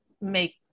make